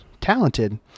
talented